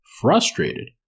frustrated